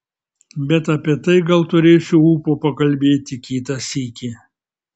bet apie tai gal turėsiu ūpo pakalbėti kitą sykį